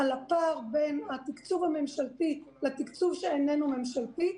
על הפער בין התקצוב הממשלתי לתקצוב שאיננו ממשלתי.